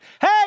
Hey